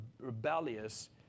rebellious